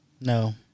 No